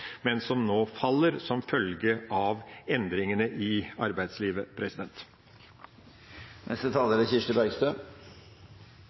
men som nå faller som følge av endringene i arbeidslivet.